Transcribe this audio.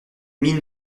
mine